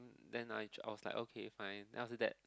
then I just I was like okay fine then after that